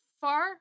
far